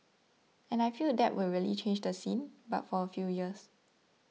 and I feel that will really change the scene but for a few years